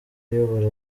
uyobora